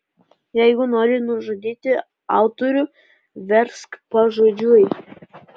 jeigu nori nužudyti autorių versk pažodžiui